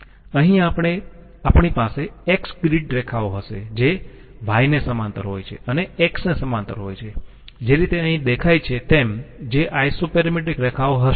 અહી આપણી પાસે x ગ્રિડ રેખાઓ હશે જે y ને સમાંતર હોય છે અને x ને સમાંતર હોય છે જે રીતે અહી દેખાય છે તેમ જે આઈસોપેરેમેટ્રિક રેખાઓ હશે